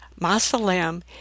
Masalem